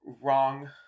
Wrong